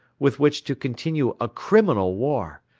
with which to continue a criminal war,